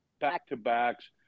back-to-backs